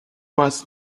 was